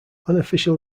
unofficial